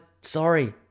sorry